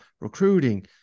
recruiting